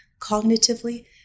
cognitively